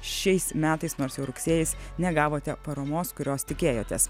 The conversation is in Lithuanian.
šiais metais nors jau rugsėjis negavote paramos kurios tikėjotės